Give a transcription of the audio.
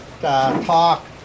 talk